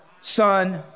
son